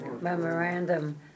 memorandum